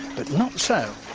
but not so.